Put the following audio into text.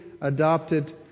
adopted